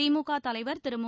திமுக தலைவர் திரு மு